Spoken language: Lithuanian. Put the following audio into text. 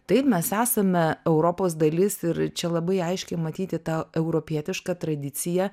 taip mes esame europos dalis ir čia labai aiškiai matyti ta europietiška tradicija